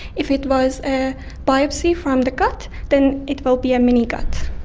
if it was a biopsy from the gut, then it will be a mini gut.